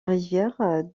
rivière